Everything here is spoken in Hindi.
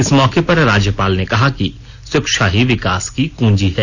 इस मौके पर राज्यपाल ने कहा कि शिक्षा ही विकास की कुंजी है